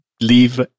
Leave